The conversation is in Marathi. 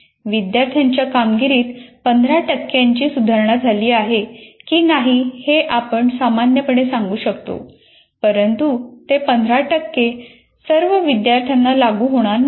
विद्यार्थ्यांच्या कामगिरीत 15 टक्क्यांची सुधारणा झाली आहे की नाही हे आपण सामान्यपणे सांगू शकतो परंतु ते 15 टक्के सर्व विद्यार्थ्यांना लागू होणार नाहीत